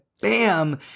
bam